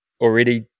already